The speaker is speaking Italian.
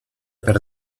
per